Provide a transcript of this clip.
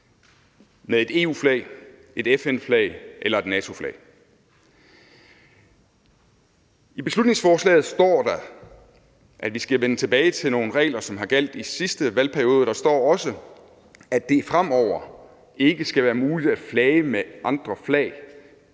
med et EU-flag, et FN-flag eller et NATO-flag. I beslutningsforslaget står der, at vi skal vende tilbage til nogle regler, som har gjaldt i sidste valgperiode. Der står også, at det fremover ikke skal være muligt at flage med andre flag